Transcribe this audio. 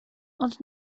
ond